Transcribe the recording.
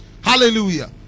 Hallelujah